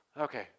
Okay